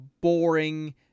boring